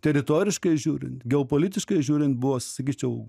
teritoriškai žiūrint geopolitiškai žiūrint buvo sakyčiau